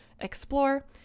explore